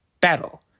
Battle